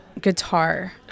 guitar